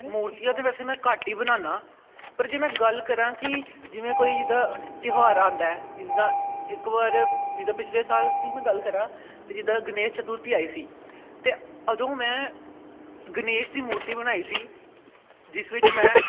ਮੂਰਤੀਆਂ ਤਾਂ ਵੈਸੇ ਮੈਂ ਘੱਟ ਹੀ ਬਣਾਉਂਦਾ ਪਰ ਜੇ ਮੈਂ ਗੱਲ ਕਰਾਂ ਕਿ ਜਿਵੇਂ ਕੋਈ ਜਿੱਦਾਂ ਤਿਉਹਾਰ ਆਉਂਦਾ ਕਿ ਜਿੱਦਾਂ ਇੱਕ ਵਾਰ ਜਿੱਦਾਂ ਪਿਛਲੇ ਸਾਲ ਦੀ ਮੈਂ ਗੱਲ ਕਰਾਂ ਤਾਂ ਜਿੱਦਾਂ ਗਣੇਸ਼ ਚਤੁਰਥੀ ਆਈ ਸੀ ਅਤੇ ਉਦੋਂ ਮੈਂ ਗਣੇਸ਼ ਦੀ ਮੂਰਤੀ ਬਣਾਈ ਸੀ ਜਿਸ ਵਿੱਚ ਮੈਂ